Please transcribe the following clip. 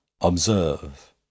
Observe